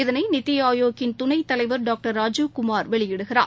இதனைநித்திஆயோக்கின் துணைத்தலைவர் டாக்டர் ராஜீவ்குமார் வெளியிடுகிறார்